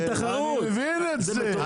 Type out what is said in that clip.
אני מבין את זה,